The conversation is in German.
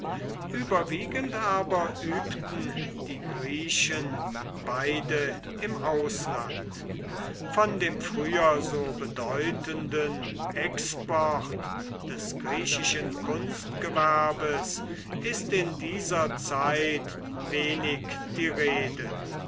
überwiegend aber übten die griechen beide im ausland von dem früher so bedeutenden export des griechischen kunstgewerbes ist in dieser zeit wenig die rede